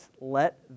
let